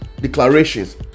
declarations